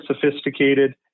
sophisticated